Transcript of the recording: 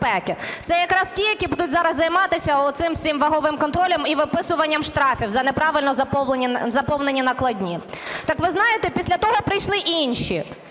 Це якраз ті, які будуть зараз займатися оцим всім ваговим контролем і виписуванням штрафів за неправильно заповнені накладні. Так ви знаєте, після того прийшли інші.